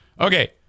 Okay